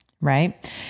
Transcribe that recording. right